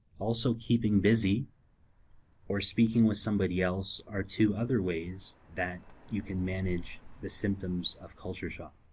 also, keeping busy or speaking with somebody else are two other ways that you can manage the symptoms of culture shock.